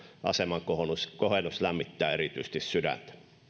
aseman kohennus erityisesti lämmittää sydäntä